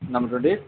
number twenty eight